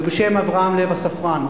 ובשם אברהם לייב הספרן,